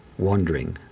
wandering,